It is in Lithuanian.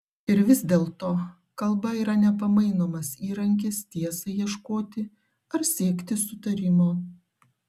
ir vis dėlto kalba yra nepamainomas įrankis tiesai ieškoti ar siekti sutarimo